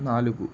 నాలుగు